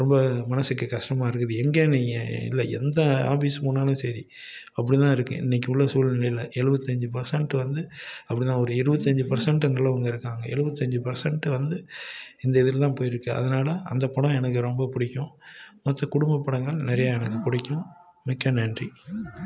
ரொம்ப மனதுக்கு கஷ்டமாக இருக்குது எங்கே நீங்கள் இல்லை எந்த ஆஃபீஸுக்கு போனாலும் சரி அப்படி தான் இருக்குது இன்றைக்கு உள்ள சூழ்நிலையில் எழுபத்தஞ்சி பர்சன்ட் வந்து அப்படி தான் ஒரு இருபத்தஞ்சி பர்சன்ட்டு நல்லவங்க இருக்காங்க எழுபத்தஞ்சி பர்சன்ட்டு வந்து இந்த இதில் தான் போயிருக்குது அதனால அந்த படம் எனக்கு ரொம்ப பிடிக்கும் மற்ற குடும்பப்படங்கள் நிறையா எனக்கு பிடிக்கும் மிக்க நன்றி